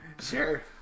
Sure